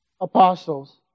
apostles